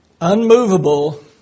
unmovable